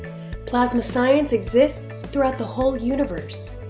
plasma science exists throughout the whole universe.